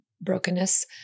brokenness